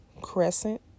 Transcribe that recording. crescent